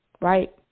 Right